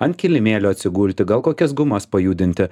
ant kilimėlio atsigulti gal kokias gumas pajudinti